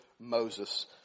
Moses